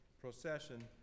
procession